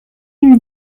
une